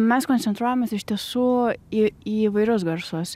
mes koncentruojamės iš tiesų į įvairius garsus